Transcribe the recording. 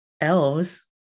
elves